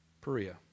Perea